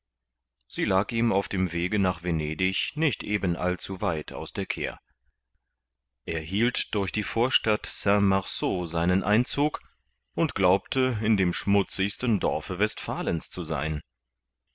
sie lag ihm auf dem wege nach venedig nicht eben allzu weit aus der kehr er hielt durch die vorstadt st marceau seinen einzug und glaubte in dem schmutzigsten dorfe westfalens zu sein